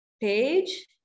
page